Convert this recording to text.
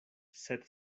sed